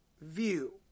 view